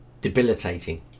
debilitating